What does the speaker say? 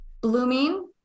blooming